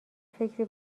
فکری